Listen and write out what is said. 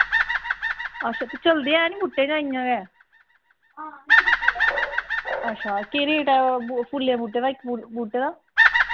अच्छा ते चलदे हैन बूह्टे जां इयां गै अच्छा केह् रेट ऐ फुल्लैं बूह्टें दा